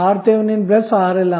అవుతుంది